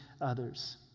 others